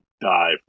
die